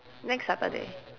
next saturday